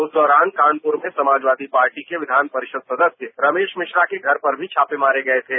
उस दौरान कानपूर में समाजवादी पार्टी के विधानपरिषद सदस्य रमेश मिश्रा के घर पर भी छापे मारे गए थे